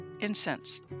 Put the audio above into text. incense